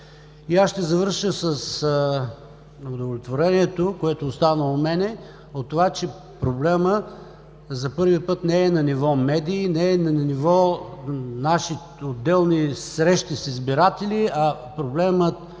Ще завърша с удовлетворението, което остана у мен, от това, че проблемът за първи път не е на ниво медии, не е на ниво наши отделни срещи с избиратели, а проблемът